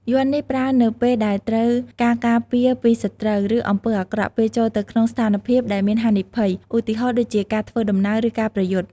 យ័ន្តនេះប្រើនៅពេលដែលត្រូវការការពារពីសត្រូវ ឬអំពើអាក្រក់ ពេលចូលទៅក្នុងស្ថានភាពដែលមានហានិភ័យ ឧទាហរណ៍ដូចជាការធ្វើដំណើរ ឬការប្រយុទ្ធ។